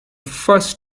first